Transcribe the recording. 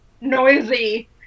noisy